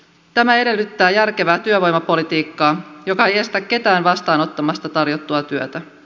tämä edellyttää järkevää työvoimapolitiikkaa joka ei estä ketään vastaanottamasta tarjottua työtä